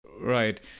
Right